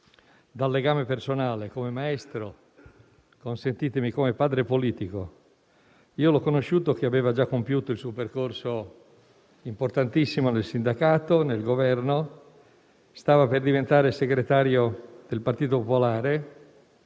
dal legame personale, come maestro e, consentitemi, e come padre politico. Io l'ho conosciuto quando aveva già compiuto il suo percorso, importantissimo, nel sindacato e nel Governo. Stava per diventare segretario del Partito Popolare